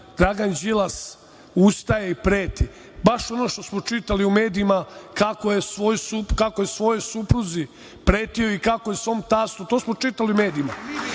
Dragan Đilas ustaje i preti. Baš ono što smo čitali u medijima kako je svojoj supruzi pretio i kako je svom tastu, to smo čitali u medijima.